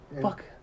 Fuck